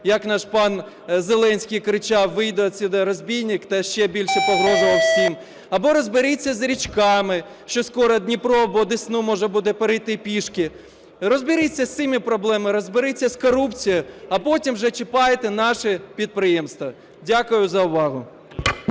як наш пан Зеленський кричав, "вийди звідси, розбійник", та ще більше погрожував всім. Або розберіться з річками, що скоро Дніпро або Десну можна буде перейти пішки. Розберіться з цими проблемами, розберіться з корупцією, а потім вже чіпайте наші підприємства. Дякую за увагу.